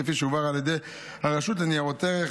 כפי שהובהר על ידי הרשות לניירות ערך